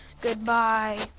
Goodbye